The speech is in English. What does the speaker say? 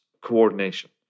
coordination